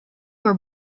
were